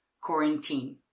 quarantine